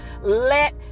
let